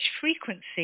frequency